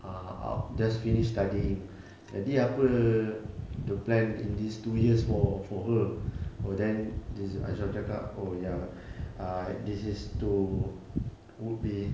err just finish studying jadi apa the plan in these two years for for her uh then this azram cakap oh ya uh this is to would be